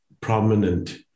prominent